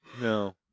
No